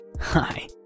Hi